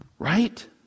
Right